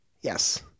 Yes